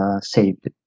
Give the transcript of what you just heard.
saved